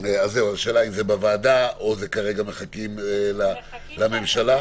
השאלה אם זה לוועדה או שמחכים עדיין לממשלה?